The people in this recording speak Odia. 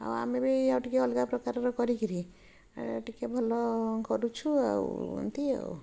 ଆଉ ଆମେ ବି ଆଉ ଟିକେ ଅଲଗା ପ୍ରକାରର କରିକିରି ଏ ଟିକେ ଭଲ କରୁଛୁ ଆଉ ଏମିତି ଆଉ